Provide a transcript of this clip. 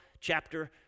chapter